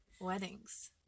Weddings